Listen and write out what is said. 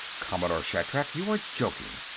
commodore shatrak, you are joking,